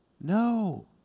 No